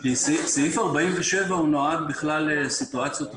סעיף 47 נועד לסיטואציות אחרות,